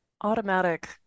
automatic